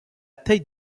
tate